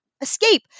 escape